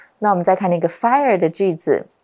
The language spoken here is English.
那我们再看那个fire的句子